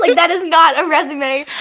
like that is not a resume.